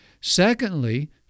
Secondly